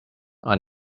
are